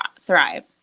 thrive